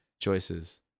choices